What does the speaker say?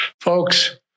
Folks